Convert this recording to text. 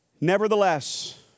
nevertheless